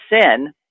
sin